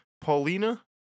Paulina